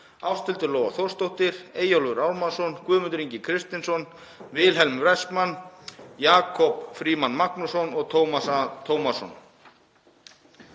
Ásthildur Lóa Þórsdóttir, Eyjólfur Ármannsson, Guðmundur Ingi Kristinsson, Wilhelm Wessman, Jakob Frímann Magnússon og Tómas A. Tómasson.